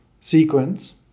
sequence